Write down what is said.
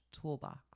toolbox